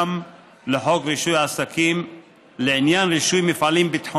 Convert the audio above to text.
ביום 11 בינואר 2018 התקבלה החלטת ממשלה לקדם,